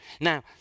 Now